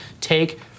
take